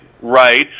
right